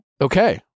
Okay